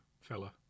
fella